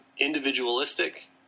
individualistic